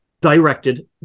directed